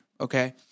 Okay